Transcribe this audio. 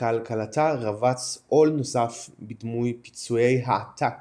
כלכלתה רבץ עול נוסף בדמות פיצויי העתק